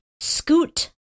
Scoot